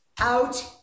out